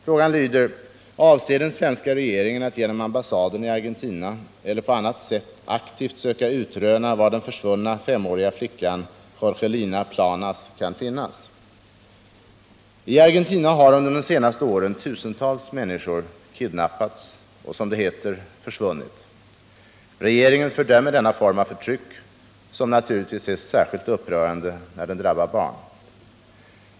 Frågan lyder: Avser den svenska regeringen att genom ambassaden i Argentina eller på annat sätt aktivt söka utröna var den försvunna femåriga flickan Jorgelina Planas kan finnas? I Argentina har under de senaste åren tusentals människor kidnappats och, som det heter, försvunnit. Regeringen fördömer denna form av förtryck, som naturligtvis är särskilt upprörande när den drabbar barn.